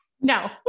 No